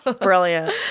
Brilliant